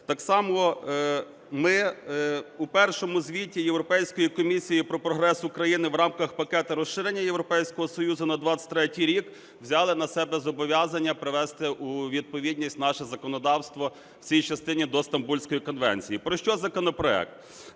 Так само ми у першому Звіті Європейської комісії про прогрес України в рамках Пакета розширення Європейського Союзу на 23-й рік взяли на себе зобов'язання привести у відповідність наше законодавство в цій частині до Стамбульської конвенції. Про що законопроект?